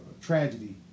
tragedy